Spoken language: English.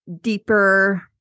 deeper